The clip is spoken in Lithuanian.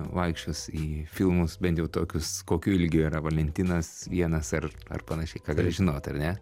vaikščios į filmus bent jau tokius kokio ilgio yra valentinas vienas ar ar panašiai ką gali žinot ar ne